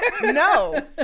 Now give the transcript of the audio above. No